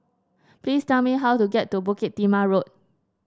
please tell me how to get to Bukit Timah Road